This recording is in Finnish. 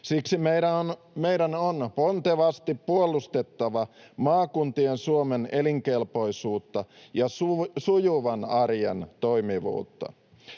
Siksi meidän on pontevasti puolustettava maakuntien Suomen elinkelpoisuutta ja sujuvan arjen toimivuutta.